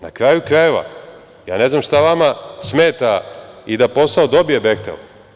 Na kraju krajeva, ja ne znam šta vama smeta i da posao dobije „Behtel“